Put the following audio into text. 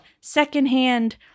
secondhand